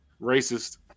Racist